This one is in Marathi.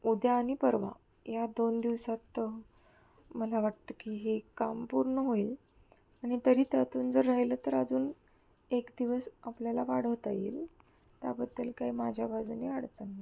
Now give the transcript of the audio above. उद्या आणि परवा या दोन दिवसात मला वाटतं की हे काम पूर्ण होईल आणि तरी त्यातून जर राहिलं तर अजून एक दिवस आपल्याला वाढवता येईल त्याबद्दल काही माझ्या बाजूनं अडचण नाही आहे